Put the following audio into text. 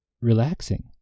relaxing